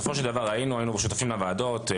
כן, היינו שותפים לוועדות.